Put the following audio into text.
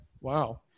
wow